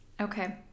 Okay